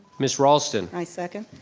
miss raulston. i second.